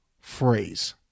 phrase